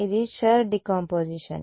ఇది Schur decomposition